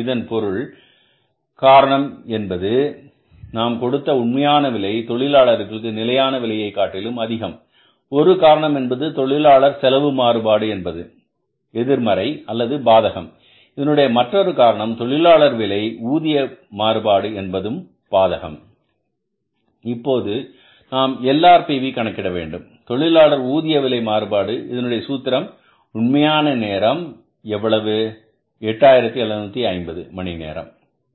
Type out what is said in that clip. இதன் பொருள் காரணம் என்பது நாம் கொடுத்த உண்மையான விலை தொழிலாளர்களுக்கு நிலையான விலையை காட்டிலும் அதிகம் ஒரு காரணம் என்பது தொழிலாளர் செலவு மாறுபாடு என்பது எதிர்மறை அல்லது பாதகம் இதனுடைய மற்றுமொரு காரணம் தொழிலாளர் விலை ஊதிய மாறுபாடு என்பதும் பாதகம் இப்போது நாம் LRPV கணக்கிட வேண்டும் தொழிலாளர் ஊதிய விலை மாறுபாடு இதனுடைய சூத்திரம் உண்மையான நேரம் உண்மையான நேரம் எவ்வளவு 8750 மணி நேரம்